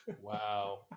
wow